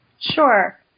Sure